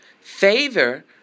Favor